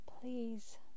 please